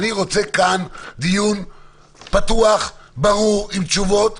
אני רוצה כאן דיון פתוח, ברור, עם תשובות,